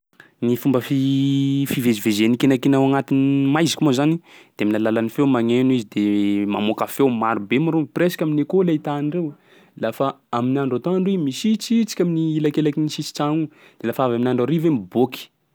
Ny fomba fi- fivezivezen'ny kenakena ao agnatin'ny maiziky moa zany de amin'ny alalan'ny feo magneno izy de mamoaka feo, maro be moa reo, presque amin'io koa lay ahitandreo. Lafa amin'ny andro atoandro i misitrisitsiky amin'ny elakelaky ny sisin-tsagno igny, de lafa avy amin'ny andro hariva i miboaky.